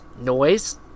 noise